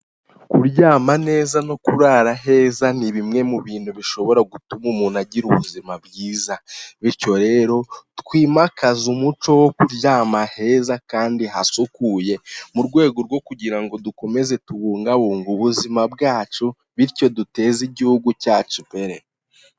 Kuryama neza no kurara aheza ni bimwe mu bintu bishobora gutuma umuntu agira ubuzima bwiza, bityo rero twimakaze umuco wo kuryama aheza kandi hasukuye, mu rwego rwo kugira ngo dukomeze tubungabunge ubuzima bwacu, bityo duteze igihugu cyacu imbere.